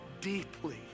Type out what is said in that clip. deeply